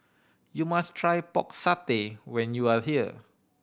you must try Pork Satay when you are here